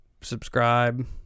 Subscribe